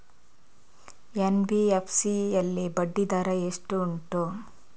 NBFC ಯಲ್ಲಿ ಬಡ್ಡಿ ದರ ಎಷ್ಟು ಉಂಟು?